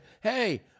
hey